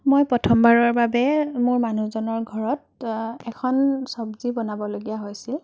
মই প্ৰথমবাৰৰ বাবে মোৰ মানুহজনৰ ঘৰত এখন চব্জি বনাবলগীয়া হৈছিল